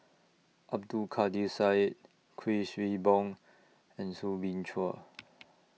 Abdul Kadir Syed Kuik Swee Boon and Soo Bin Chua